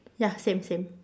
ya same same